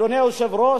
אדוני היושב-ראש,